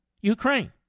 Ukraine